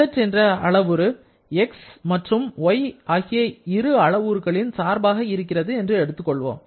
z என்ற அளவுரு x மற்றும் y ஆகிய இரு அளவுருகளின் சார்பாக இருக்கிறது என்று எடுத்துக் கொள்வோம்